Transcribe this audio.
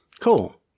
Cool